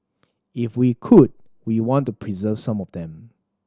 if we could we want to preserve some of them